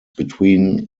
between